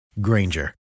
Granger